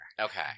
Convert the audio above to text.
okay